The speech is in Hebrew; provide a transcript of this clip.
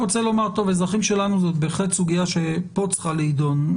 אזרחים שלנו זו בהחלט סוגיה שפה צריכה להידון.